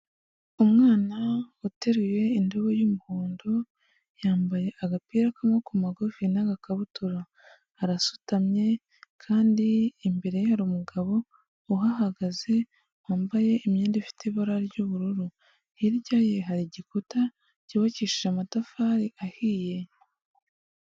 Umwana uteruye indobo y'umuhondo, yambaye agapira k'amaboko magufi n'agakabutura, arasutamye kandi imbere ye hari umugabo uhahagaze, wambaye imyenda ifite ibara ry'ubururu, hirya ye hari igikuta cyubakishije amatafari ahiye.